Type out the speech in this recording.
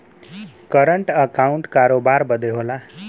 current account करोबार बदे होला